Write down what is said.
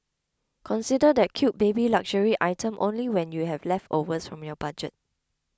consider that cute baby luxury item only when you have leftovers from your budget